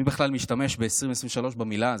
מי בכלל משתמש ב-2023 במילה הזאת?